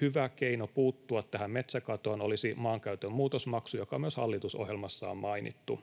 Hyvä keino puuttua tähän metsäkatoon olisi maankäytön muutosmaksu, joka myös hallitusohjelmassa on mainittu.